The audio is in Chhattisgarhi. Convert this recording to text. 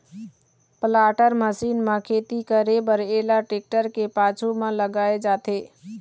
प्लाटर मसीन म खेती करे बर एला टेक्टर के पाछू म लगाए जाथे